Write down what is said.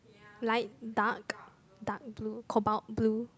light dark dark blue cobalt blue